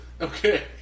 Okay